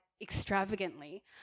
extravagantly